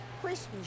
Christmas